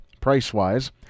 price-wise